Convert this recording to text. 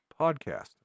podcast